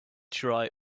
try